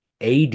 AD